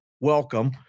welcome